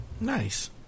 Nice